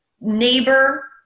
neighbor